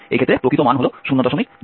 এই ক্ষেত্রে প্রকৃত মান হল 025541